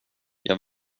jag